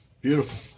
beautiful